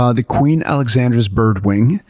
ah the queen alexandra's birdwing,